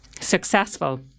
successful